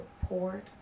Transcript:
support